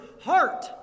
heart